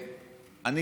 חשוב.